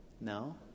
No